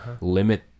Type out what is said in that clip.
limit